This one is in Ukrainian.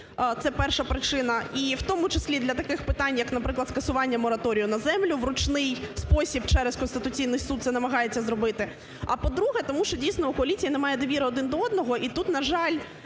Це перша причина. І в тому числі для таких питань, як наприклад, скасування мораторію на землю в ручний спосіб через Конституційний Суд це намагається зробити. А, по-друге, тому що дійсно в поліції немає довіри один до одного і тут, на жаль,